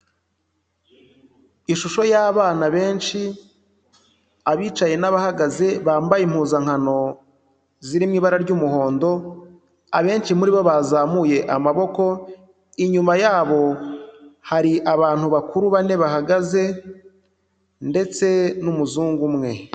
Ishusho y'abana benshi abicaye n'abahagaze bambaye impuzankano ziri mu ibara ry'umuhondo, abenshi muri bo bazamuye amaboko, inyuma yabo hari abantu bakuru bane bahagaze ndetse n'umuzungu umwe.